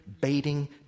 baiting